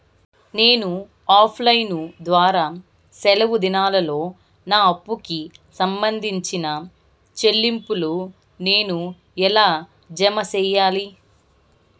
నేను offline ద్వారా సెలవు దినాల్లో నా అప్పుకి సంబంధించిన చెల్లింపులు నేను ఎలా జామ సెయ్యాలి?